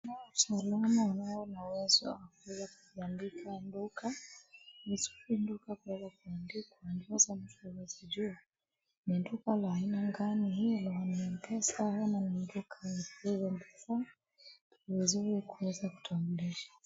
Kunao watalamu wanaweza kuja kuiandika ni duka, ni nzuri duka kuenda kuandikwa ndiposa mtu aweze jua. Ni duka la aina gani hii la Mpesa ama ni duka lililo ndefu. Ni vizuri kuweza kutambulisha.